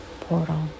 portal